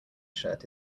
shirt